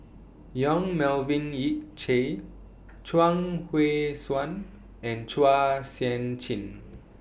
Yong Melvin Yik Chye Chuang Hui Tsuan and Chua Sian Chin